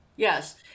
Yes